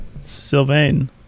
Sylvain